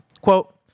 Quote